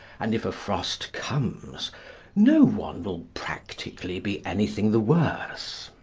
and if a frost comes no one will practically be anything the worse.